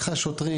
לקחה שוטרים